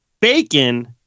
bacon